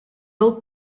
del